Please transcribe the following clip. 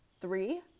Three